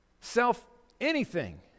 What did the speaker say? self-anything